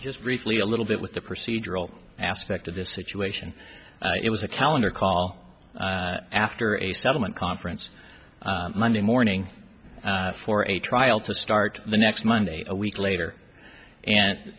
just briefly a little bit with the procedural aspect of this situation it was a calendar call after a settlement conference monday morning for a trial to start the next monday a week later and